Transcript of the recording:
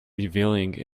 revealing